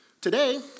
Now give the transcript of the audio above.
today